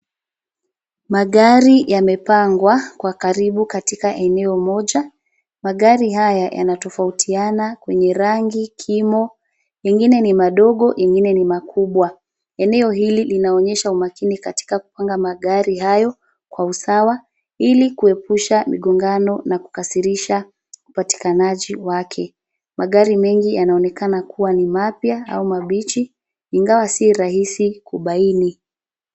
Magari yamepangwa kwa karibu katika eneo moja, magari haya yana tofautiana kwenye rangi kimo ingine ni madogo ingine ni makubwa. Eneo hili linaonyesha umakini katika kupanga magari hayo kwa usawa ilikuepusha migongano na kukasirisha upatikanaji wake. Magari mengi yanaonekana kuwa ni mapya au mabichi ingawa si rahisi kubaini.